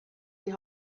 die